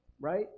right